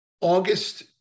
August